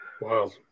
wow